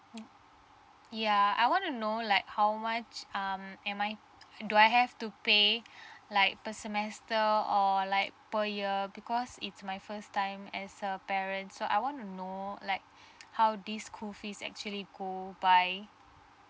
mm ya I want to know like how much um am I do I have to pay like per semester or like per year because it's my first time as a parent so I want to know like how this school fees actually go by